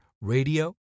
radio